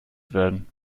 werden